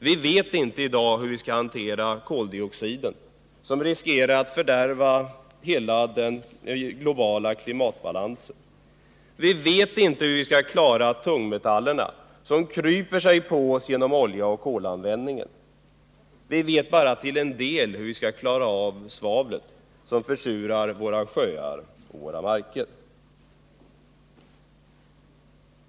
Vi vet i dag inte hur vi skall hantera koldioxiden, som hotar att fördärva hela den globala klimatbalansen. Vi vet inte hur vi skall klara tungmetallerna som kryper sig på oss genom oljeoch kolanvändningen. Vi vet bara till en del hur vi skall klara av svavlet som försurar våra sjöar och marker.